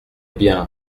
bien